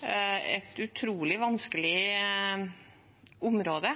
Det er et utrolig vanskelig område,